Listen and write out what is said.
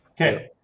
Okay